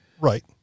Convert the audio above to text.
Right